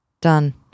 Done